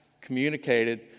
communicated